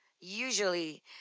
usually